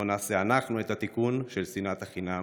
בואו נעשה אנחנו את התיקון של שנאת החינם,